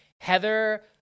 Heather